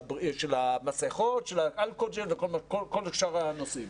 של המסכות וכל שאר הנושאים.